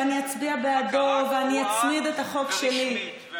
ואני אצביע בעדו ואני אצמיד את החוק שלי.